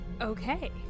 Okay